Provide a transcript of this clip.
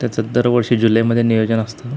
त्याचं दरवर्षी जुलैमध्ये नियोजन असतं